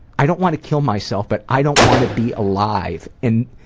i don't want to kill myself but i don't want to be alive. and